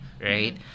Right